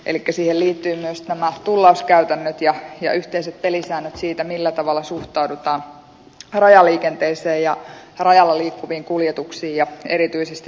elikkä siihen liittyvät myös nämä tullauskäytännöt ja yhteiset pelisäännöt siitä millä tavalla suhtaudutaan rajaliikenteeseen ja rajalla liikkuviin kuljetuksiin ja erityisesti tähän isoon logistiikkaan